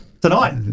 Tonight